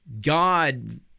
God